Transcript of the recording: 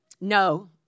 No